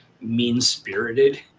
mean-spirited